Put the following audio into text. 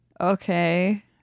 Okay